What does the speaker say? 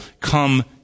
come